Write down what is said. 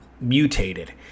mutated